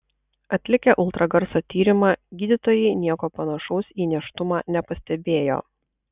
atlikę ultragarso tyrimą gydytojai nieko panašaus į nėštumą nepastebėjo